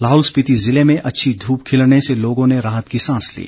लाहौल स्पीति जिले में अच्छी धूप खिलने से लोगों ने राहत की सांस ली